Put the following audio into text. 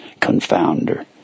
confounder